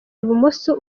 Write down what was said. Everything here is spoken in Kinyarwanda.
ibumoso